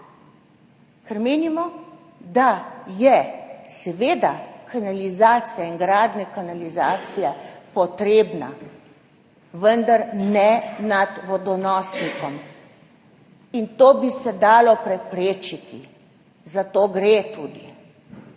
ker menimo, da sta seveda kanalizacija in gradnja kanalizacije potrebni, vendar ne nad vodonosnikom. To bi se dalo preprečiti, za to tudi